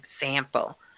example